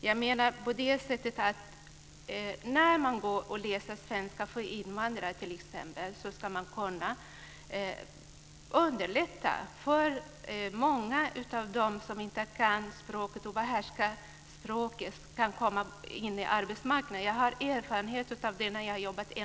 Man ska t.ex. underlätta för dem som läser svenska för invandrare - och som inte kan eller behärskar språket - att komma in på arbetsmarknaden. Jag har erfarenhet från mitt arbete inom sfi.